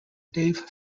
dave